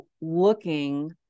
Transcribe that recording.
looking